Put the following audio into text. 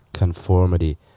conformity